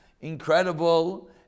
incredible